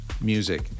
music